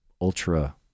ultra